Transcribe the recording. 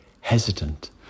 hesitant